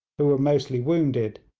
who were mostly wounded,